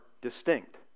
distinct